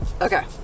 Okay